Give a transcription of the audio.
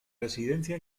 residencia